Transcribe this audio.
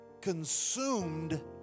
consumed